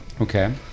Okay